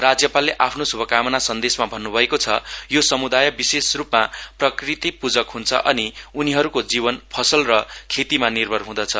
राज्यपालले आफ्नो शुभकामना सन्देशमा भन्न्भएको छ यो समुदाय विशेषरुपमा प्रकृति पूजक हन्छ अनि उनीहरुको जीवन फसल र खेतीमा निर्भर हँदछ